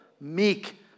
meek